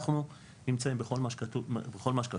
אנחנו נמצאים בכל מה שקשור ברשת